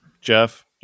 Jeff